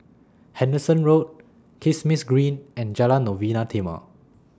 Henderson Road Kismis Green and Jalan Novena Timor